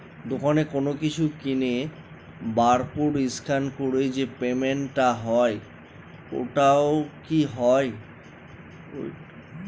দোকানে কোনো কিছু কিনে বার কোড স্ক্যান করে যে পেমেন্ট টা হয় ওইটাও কি হয়?